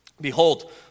Behold